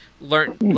learn